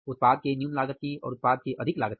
उत्पाद के न्यून लागत की और उत्पाद के अधिक लागत की